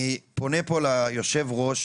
אני פונה פה ליו"ר,